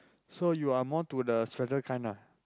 so you are more to the sweater kind ah